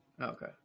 Okay